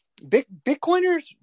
Bitcoiners